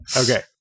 Okay